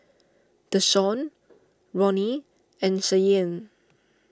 Deshawn Ronny and Cheyenne